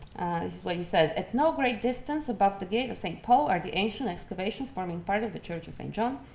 this is what he says at no great distance above the gate of st. paul are the ancient excavations forming part of the church of st. john,